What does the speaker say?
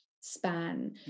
span